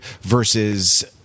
versus